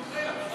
למה?